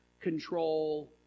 control